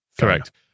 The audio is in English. correct